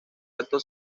acto